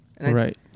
Right